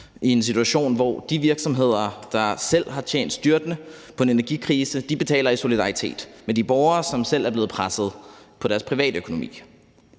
i situationen – at de virksomheder, der selv har tjent styrtende på en energikrise, betaler i solidaritet med de borgere, som selv er blevet presset på deres privatøkonomi.